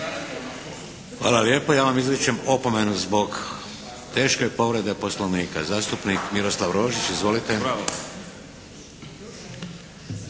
Hvala lijepa. Ja vam izričem opomenu zbog teške povrede Poslovnika. Zastupnik Miroslav Rožić, izvolite.